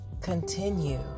Continue